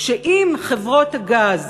שאם חברות הגז